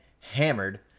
hammered